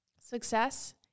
Success